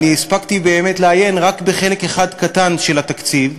אני הספקתי באמת לעיין רק בחלק אחד קטן של התקציב,